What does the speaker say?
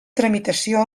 tramitació